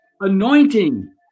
anointing